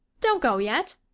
don't go yet.